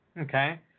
Okay